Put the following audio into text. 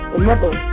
Remember